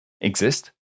exist